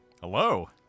Hello